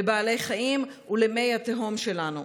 לבעלי חיים ולמי התהום שלנו.